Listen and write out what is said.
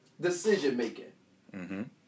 decision-making